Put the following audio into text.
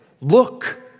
look